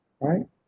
Right